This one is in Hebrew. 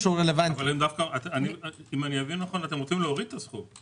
אבל אם אני מבין נכון אתם רוצים להוריד את הסכום.